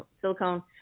silicone